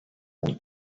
want